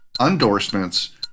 Endorsements